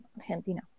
Argentina